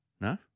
No